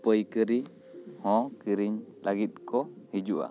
ᱯᱟᱹᱭᱠᱟᱹᱨᱤ ᱦᱚᱸ ᱠᱤᱨᱤᱧ ᱞᱟᱹᱜᱤᱫ ᱠᱚ ᱦᱤᱡᱩᱜᱼᱟ